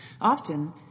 Often